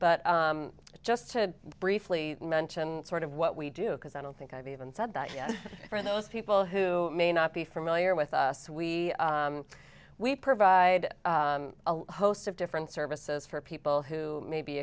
but just to briefly mention sort of what we do because i don't think i've even said that for those people who may not be familiar with us we we provide a host of different services for people who may be